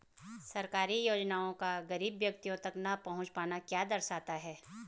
सरकारी योजनाओं का गरीब व्यक्तियों तक न पहुँच पाना क्या दर्शाता है?